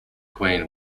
queen